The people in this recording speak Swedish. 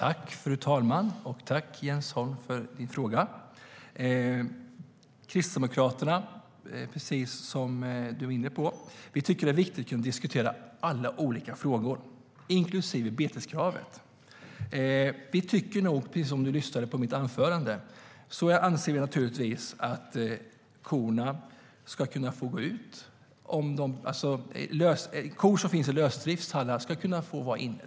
Fru talman! Tack för din fråga, Jens Holm! Kristdemokraterna tycker att det är viktigt att kunna diskutera alla olika frågor, precis som du var inne på, inklusive beteskravet. Om du lyssnade på mitt anförande hörde du att vi anser att korna ska kunna få gå ut men att kor som finns i lösdriftsstallar ska kunna få vara inne.